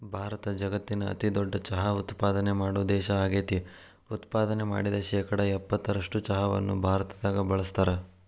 ಭಾರತ ಜಗತ್ತಿನ ಅತಿದೊಡ್ಡ ಚಹಾ ಉತ್ಪಾದನೆ ಮಾಡೋ ದೇಶ ಆಗೇತಿ, ಉತ್ಪಾದನೆ ಮಾಡಿದ ಶೇಕಡಾ ಎಪ್ಪತ್ತರಷ್ಟು ಚಹಾವನ್ನ ಭಾರತದಾಗ ಬಳಸ್ತಾರ